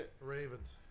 Ravens